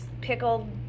pickled